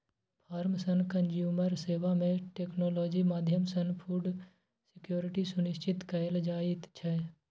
farm सँ consumer सेबा मे टेक्नोलॉजी माध्यमसँ फुड सिक्योरिटी सुनिश्चित कएल जाइत छै